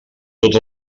tots